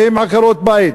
והן עקרות בית.